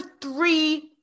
three